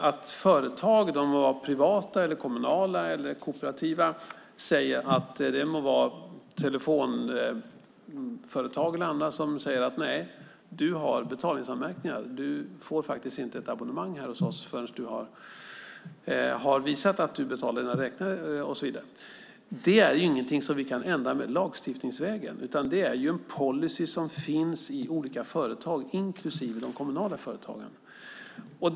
Att privata, kommunala eller kooperativa företag - det kan vara ett telefonföretag - säger: Du har betalningsanmärkningar så du får inte något abonnemang hos oss förrän du har visat att du betalar dina räkningar, är ingenting som vi kan ändra lagstiftningsvägen. Det är en policy som finns hos olika företag, inklusive de kommunala företagen.